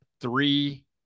three